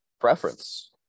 preference